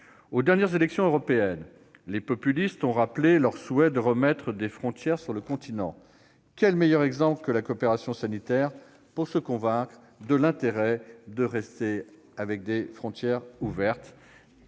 des dernières élections européennes, les populistes ont rappelé leur souhait de rétablir des frontières sur le continent. Quel meilleur exemple que la coopération sanitaire pour convaincre de l'intérêt d'avoir des frontières ouvertes